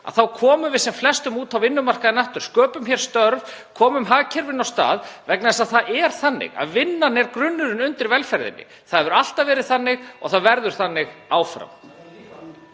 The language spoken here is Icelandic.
komum við sem flestum út á vinnumarkaðinn aftur, sköpum störf, komum hagkerfinu af stað, vegna þess að vinnan er grunnurinn undir velferðinni. Það hefur alltaf verið þannig og það verður þannig áfram.